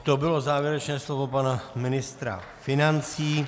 To bylo závěrečné slovo pana ministra financí.